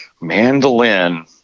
Mandolin